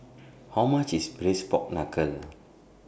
How much IS Braised Pork Knuckle